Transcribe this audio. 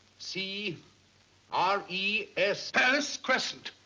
c r e s palace crescent.